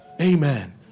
Amen